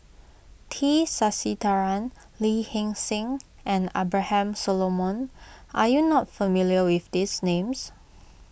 T Sasitharan Lee Hee Seng and Abraham Solomon are you not familiar with these names